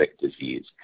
disease